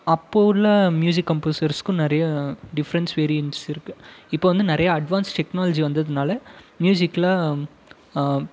அப்போது உள்ள மியூசிக் கம்போஸர்ஸுக்கும் நிறைய டிஃப்ரென்ஸ் வேரியன்ட்ஸ் இருக்கு இப்போது வந்து நிறைய அட்வான்ஸ் டெக்னாலஜி வந்ததினால மியூசிக்கில்